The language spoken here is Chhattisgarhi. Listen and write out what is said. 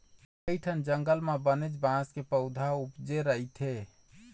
कइठन जंगल म बनेच बांस के पउथा उपजे रहिथे